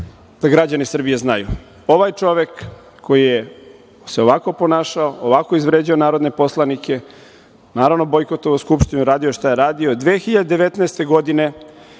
da građani Srbije znaju. Ovaj čovek koji se ovako ponašao, ovako izvređao narodne poslanike, naravno bojkotovao Skupštinu, radio šta je radio. Godine